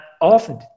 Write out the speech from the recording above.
often